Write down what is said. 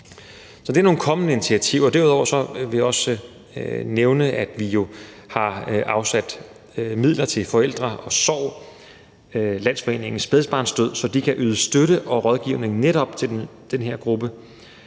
Så det er nogle kommende initiativer. Derudover vil jeg også nævne, at vi jo har afsat midler til Forældre & Sorg – Landsforeningen Spædbarnsdød, så de kan yde støtte og rådgivning til netop den her gruppe